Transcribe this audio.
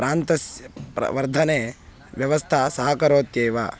प्रान्तस्य वर्धने व्यवस्था सहकरोत्येव